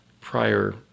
prior